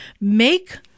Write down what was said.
make